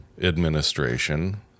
administration